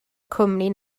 cwmni